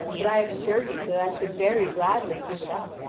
but i assure you that i should very gladly give it up.